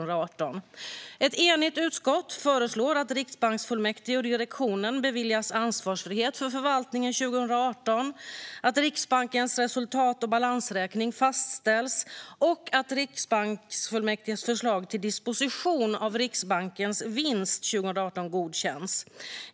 Riksbankens förvaltning 2018 Ett enigt utskott föreslår att riksbanksfullmäktige och direktionen beviljas ansvarsfrihet för förvaltningen 2018, att Riksbankens resultat och balansräkning fastställs och att riksbanksfullmäktiges förslag till disposition av Riksbankens vinst 2018 godkänns.